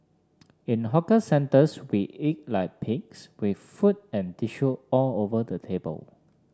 in hawker centres we eat like pigs with food and tissue all over the table